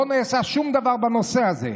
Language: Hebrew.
לא נעשה שום דבר בנושא הזה.